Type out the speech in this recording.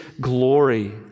glory